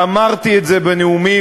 ואמרתי את זה בנאומי,